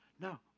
No